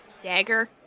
dagger